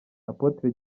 apotre